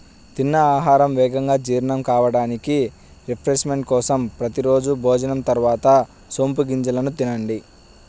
తిన్న ఆహారం వేగంగా జీర్ణం కావడానికి, రిఫ్రెష్మెంట్ కోసం ప్రతి రోజూ భోజనం తర్వాత సోపు గింజలను తినండి